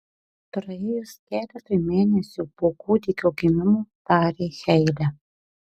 praėjus keletui mėnesių po kūdikio gimimo tarė heile